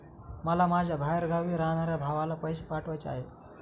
मला माझ्या बाहेरगावी राहणाऱ्या भावाला पैसे पाठवायचे आहे